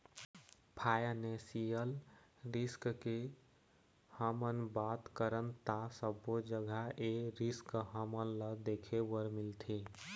financial risk के हमन बात करन ता सब्बो जघा ए रिस्क हमन ल देखे बर मिलथे